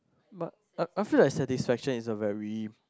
but but I feel that satisfaction is a very